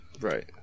right